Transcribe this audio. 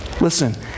listen